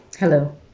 Hello